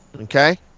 Okay